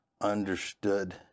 understood